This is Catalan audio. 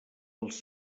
els